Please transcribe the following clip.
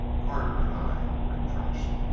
carter and i were entrenched.